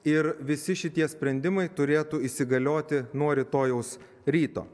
ir visi šitie sprendimai turėtų įsigalioti nuo rytojaus ryto